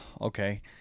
okay